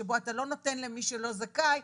שבו אתה לא נותן למי שלא זכאי,